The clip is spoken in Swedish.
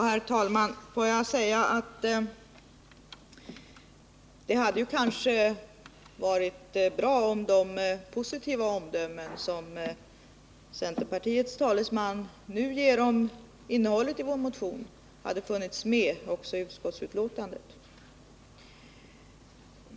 Herr talman! Låt mig säga att det kanske hade varit bra om de positiva omdömen som centerpartiets talesman nu ger om innehållet i vår motion hade funnits med också i utskottsbetänkandet.